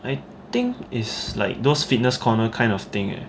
I think is like those fitness corner kind of thing eh